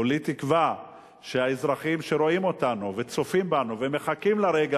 כולי תקווה שהאזרחים שרואים אותנו וצופים בנו ומחכים לרגע